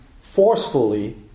forcefully